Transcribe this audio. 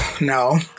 No